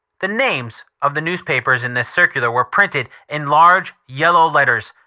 the names of the newspapers in this circular were printed in large yellow letters.